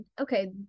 okay